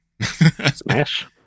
Smash